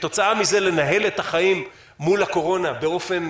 וכתוצאה מזה לנהל את החיים מול הקורונה באופן